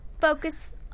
focus